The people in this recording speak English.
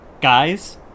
Guys